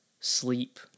Sleep